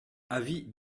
avis